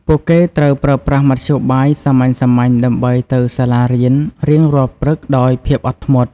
ពួកគេត្រូវប្រើប្រាស់មធ្យោបាយសាមញ្ញៗដើម្បីទៅសាលារៀនរៀងរាល់ព្រឹកដោយភាពអត់ធ្មត់។